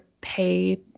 pay